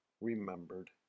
remembered